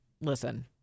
listen